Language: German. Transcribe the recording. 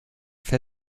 einen